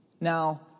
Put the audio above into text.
Now